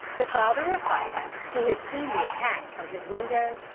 the father of fida, who had seen the attack from his window,